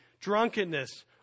drunkenness